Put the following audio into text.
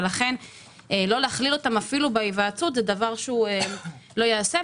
לכן לא להכליל אותם לא בהיוועצות זה דבר שלא ייעשה,